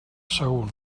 sagunt